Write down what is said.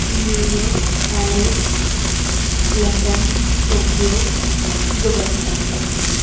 new York Paris London Tokyo Dubai